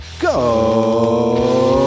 Go